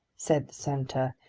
said the senator,